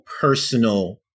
personal